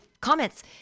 comments